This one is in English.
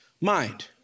mind